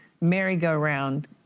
merry-go-round